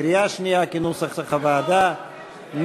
כנוסח הוועדה.